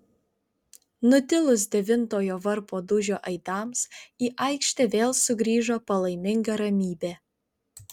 nutilus devintojo varpo dūžio aidams į aikštę vėl sugrįžo palaiminga ramybė